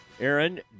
Aaron